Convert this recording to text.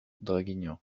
draguignan